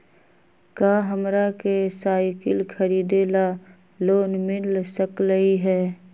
का हमरा के साईकिल खरीदे ला लोन मिल सकलई ह?